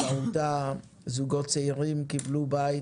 באמצעותה זוגות צעירים קיבלו בית,